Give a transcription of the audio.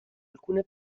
alcune